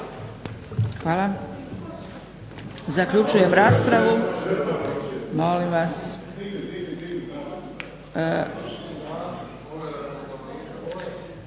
Hvala. Zaključujem raspravu. … /Buka